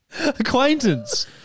Acquaintance